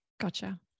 Gotcha